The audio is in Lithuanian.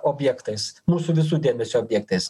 objektais mūsų visų dėmesio objektais